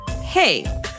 hey